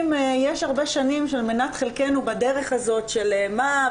במשך הרבה שנים מנת חלקנו בדרך היא של: מה,